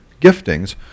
giftings